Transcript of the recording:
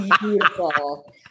beautiful